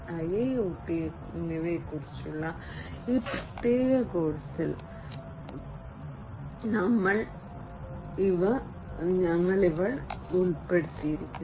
0 IIoT എന്നിവയെക്കുറിച്ചുള്ള ഈ പ്രത്യേക കോഴ്സിൽ ഞങ്ങൾ ഇവ ഉൾപ്പെടുത്തിയത്